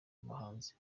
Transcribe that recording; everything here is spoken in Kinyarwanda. bahanzi